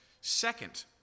Second